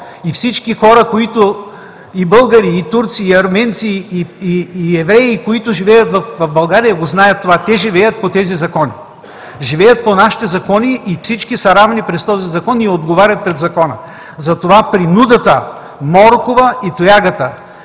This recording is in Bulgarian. Всички хора – и българи, и турци, и арменци, и евреи, които живеят в България, го знаят това. Те живеят по тези закони, живеят по нашите закони и всички са равни и отговарят пред този закон. Затова принудата, морковът и тоягата,